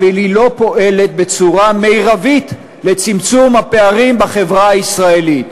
אבל היא לא פועלת בצורה מרבית לצמצום הפערים בחברה הישראלית.